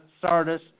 Sardis